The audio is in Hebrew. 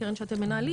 הקרן שאנחנו מנהלים,